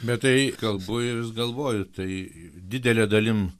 bet tai kalbu ir vis galvoju tai didele dalim